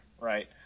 right